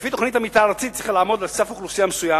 לפי תוכנית המיתאר הארצית היא צריכה לעמוד על סף אוכלוסייה מסוים,